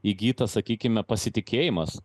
įgyta sakykime pasitikėjimas